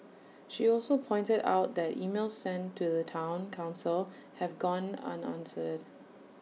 she also pointed out that emails sent to the Town Council have gone unanswered